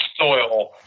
soil